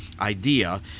idea